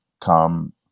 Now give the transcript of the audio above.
come